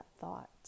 thought